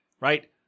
right